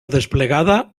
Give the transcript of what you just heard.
desplegada